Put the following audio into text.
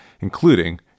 including